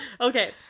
okay